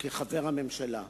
כחבר הממשלה,